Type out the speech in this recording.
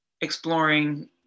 exploring